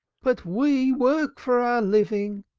but we work for our living!